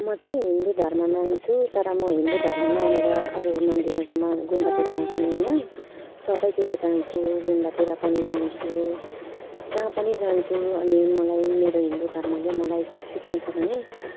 म चाहिँ हिन्दू धर्म मान्छु तर म हिन्दू धर्म मानेर अरू मन्दिरहरूमा गुम्बातिर नजाने होइन सबैतिर जान्छु गुम्बातिर पनि जान्छु जहाँ पनि जान्छु अनि मलाई मेरो हिन्दू धर्मले मलाई के सिकाउँछ भने